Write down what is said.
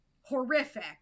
horrific